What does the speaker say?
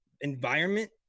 environment